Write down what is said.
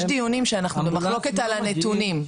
יש דיונים שאנחנו חלוקים על הנתונים,